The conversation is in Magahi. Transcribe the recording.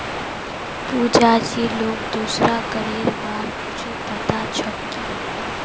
पुजा जी, तोक दूसरा करेर बार कुछु पता छोक की